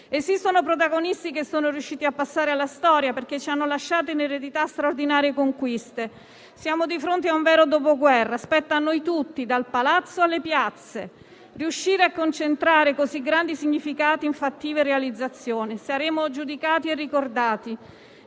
Esistono protagonisti che sono riusciti a passare alla storia perché ci hanno lasciato in eredità straordinarie conquiste. Siamo di fronte a un vero Dopoguerra e spetta a noi tutti, dal Palazzo alle piazze, riuscire a concentrare così grandi significati in fattive realizzazioni. Saremo giudicati e ricordati;